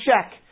check